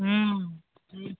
हूँ